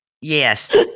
Yes